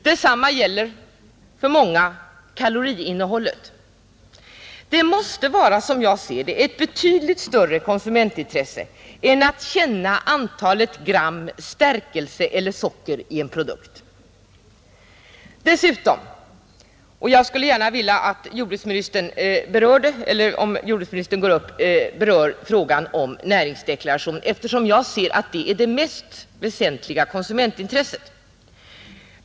Detsamma gäller för många kaloriinnehållet. Detta måste, som jag ser det, vara ett betydligt större konsumentintresse än att känna antalet gram stärkelse eller socker i en produkt. Jag skulle gärna se att jordbruksministern, om han kommer att delta i debatten, berör frågan om näringsdeklaration. Jag ser detta som det mest väsentliga konsumentintresset.